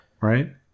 right